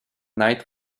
night